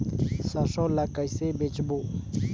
सरसो ला कइसे बेचबो?